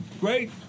great